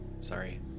Sorry